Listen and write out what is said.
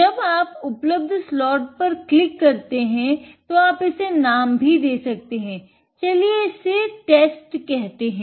जब आप उपलब्ध स्लॉट पर क्लिक करते हैं तो आप इसे नाम भी दे सकते हैं चलिए इसे टेस्ट कहते हैं